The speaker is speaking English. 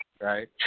right